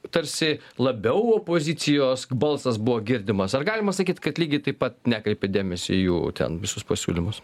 tarsi labiau opozicijos balsas buvo girdimas ar galima sakyt kad lygiai taip pat nekreipė dėmesio į jų ten visus pasiūlymus